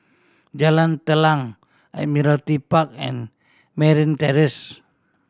Jalan Telang Admiralty Park and Merryn Terrace